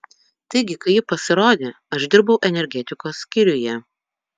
taigi kai ji pasirodė aš dirbau energetikos skyriuje